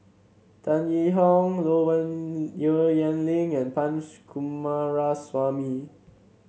Tan Yee Hong Low Yen Ling and Punch Coomaraswamy